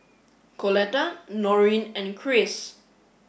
Coletta Noreen and Kris